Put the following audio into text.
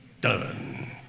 done